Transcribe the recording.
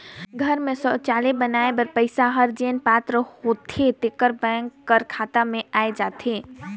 घर में सउचालय बनाए बर पइसा हर जेन पात्र होथे तेकर बेंक कर खाता में आए जाथे